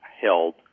held